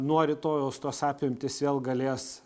nuo rytojaus tos apimtys vėl galės